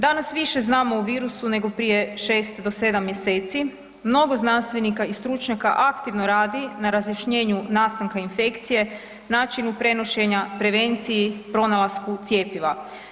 Danas više znamo o virusu nego prije 6 do 7. mjeseci, mnogo znanstvenika i stručnjaka aktivno radi na razjašnjenju nastanka infekcije, načinu prenošenja, prevenciji, pronalasku cijepiva.